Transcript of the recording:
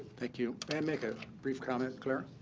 thank you. may i make a brief comment, clare?